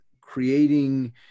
creating